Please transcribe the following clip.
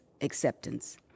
acceptance